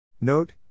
Note